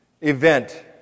event